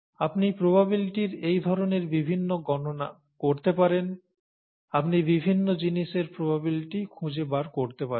আপনি প্রবাবিলিটির এই ধরণের বিভিন্ন গণনা করতে পারেন আপনি বিভিন্ন জিনিসের প্রবাবিলিটি খুঁজে বার করতে পারেন